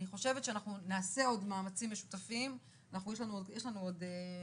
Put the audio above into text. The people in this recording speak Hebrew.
אני חושבת שאנחנו עוד מאמצים משותפים, יש לנו עוד